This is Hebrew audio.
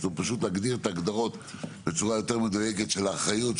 פשוט להגדיר את ההגדרות בצורה יותר מדויקת של האחריות,